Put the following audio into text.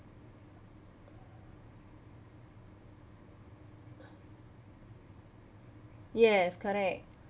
yes correct